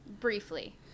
Briefly